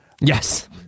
Yes